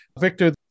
Victor